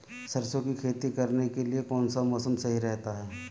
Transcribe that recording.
सरसों की खेती करने के लिए कौनसा मौसम सही रहता है?